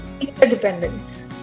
Interdependence